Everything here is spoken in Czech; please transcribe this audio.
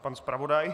Pan zpravodaj?